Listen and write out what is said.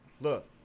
Look